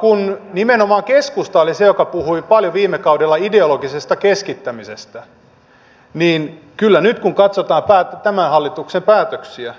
kun nimenomaan keskusta oli se joka puhui viime kaudella paljon ideologisesta keskittämisestä niin kyllä nyt kun katsotaan tämän hallituksen päätöksiä